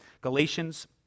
Galatians